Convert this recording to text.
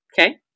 Okay